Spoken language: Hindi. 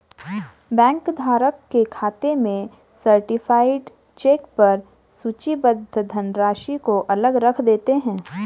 बैंक धारक के खाते में सर्टीफाइड चेक पर सूचीबद्ध धनराशि को अलग रख देते हैं